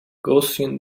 gaussian